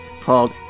called